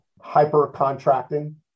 hyper-contracting